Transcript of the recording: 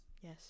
Yes